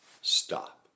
Stop